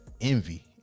envy